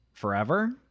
forever